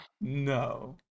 No